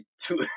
two